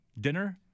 Dinner